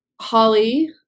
Holly